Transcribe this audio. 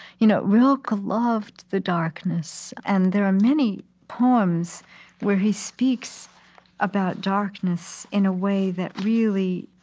you know rilke loved the darkness, and there are many poems where he speaks about darkness in a way that really,